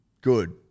Good